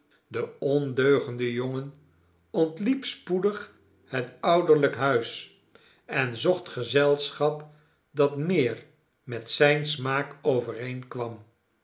de ondeugende jongen ontliep spoedig het ouderlijk huis en zocht gezelschap dat meer met zijn smaak